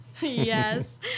yes